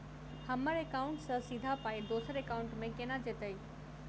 हम्मर एकाउन्ट सँ सीधा पाई दोसर एकाउंट मे केना जेतय?